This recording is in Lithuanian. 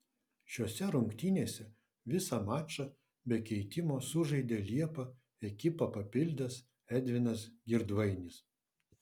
šiose rungtynėse visą mačą be keitimo sužaidė liepą ekipą papildęs edvinas girdvainis